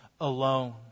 alone